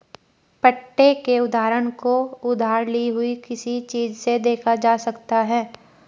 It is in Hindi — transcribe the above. पट्टे के उदाहरण को उधार ली हुई किसी चीज़ से देखा जा सकता है